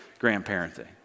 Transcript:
grandparenting